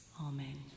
Amen